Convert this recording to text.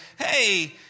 hey